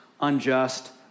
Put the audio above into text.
unjust